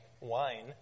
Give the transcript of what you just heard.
wine